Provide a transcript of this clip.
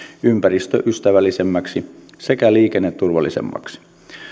ympäristöystävällisemmäksi sekä liikenneturvallisemmaksi